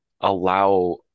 allow